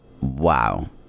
Wow